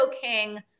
King